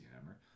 Hammer